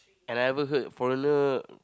and I ever heard foreigner